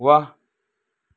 वाह